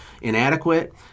inadequate